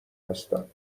هستم